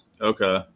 Okay